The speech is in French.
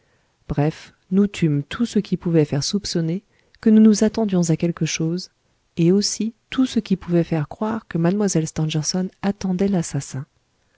bref nous tûmes tout ce qui pouvait faire soupçonner que nous nous attendions à quelque chose et aussi tout ce qui pouvait faire croire que mlle stangerson attendait l'assassin